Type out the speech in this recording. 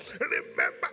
Remember